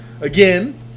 again